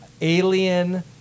alien